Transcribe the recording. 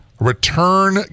return